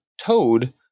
Toad